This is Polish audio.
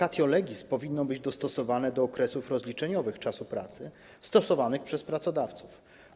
Vacatio legis powinno być dostosowane do okresów rozliczeniowych czasu pracy stosowanych przez pracodawców.